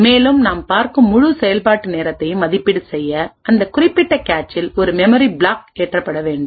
மேலும் நாம் பார்க்கும் முழு செயல்பாட்டு நேரத்தையும் மதிப்பீடு செய்ய அந்த குறிப்பிட்ட கேச்சில் ஒரு மெமரி பிளாக் ஏற்றப்பட வேண்டும்